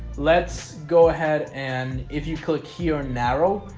let's go ahead and if you click here narrow,